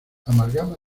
amalgama